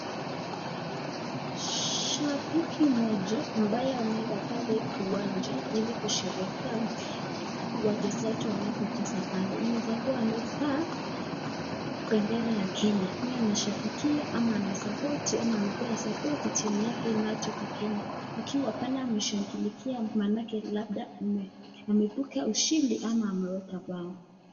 Shabiki mmoja ambaye ameenda pale kiwanja alikushirikiana wachezaji wanapocheza pale. Inaweza kuwa amevaa bendera ya Kenya. Ni anashabikia ama ana support ama anapea support timu yake inatoka Kenya. Akiwa pale ameshangilika, maanake labda amepata ushindi ama ameweka bao.